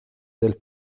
del